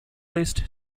list